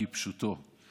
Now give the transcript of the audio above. כפשוטו,